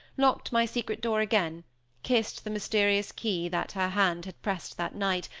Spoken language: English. locked my secret door again kissed the mysterious key that her hand had pressed that night,